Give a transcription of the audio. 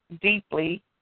deeply